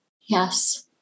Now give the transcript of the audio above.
Yes